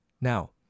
Now